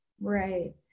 Right